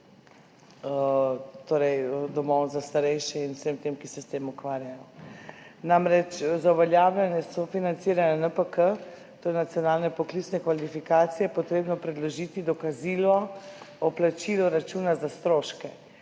torej domovom za starejše in vsem tem, ki se s tem ukvarjajo. Za uveljavljanje sofinanciranja NPK, to je nacionalne poklicne kvalifikacije, je namreč treba predložiti dokazilo o plačilu računa za stroške